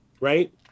right